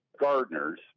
Gardeners